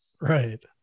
Right